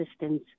assistance